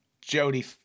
Jody